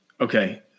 Okay